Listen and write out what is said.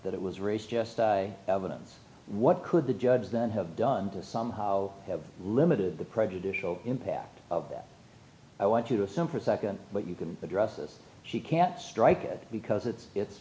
that it was race just evidence what could the judge then have done to somehow have limited the prejudicial impact of that i want you to assume for a second but you can address this she can't strike it because it's